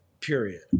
period